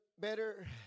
better